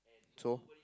so